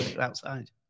outside